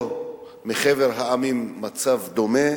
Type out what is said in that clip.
ומחבר המדינות המצב דומה,